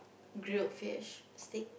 grilled fish steak